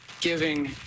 giving